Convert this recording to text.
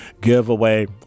giveaway